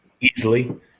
easily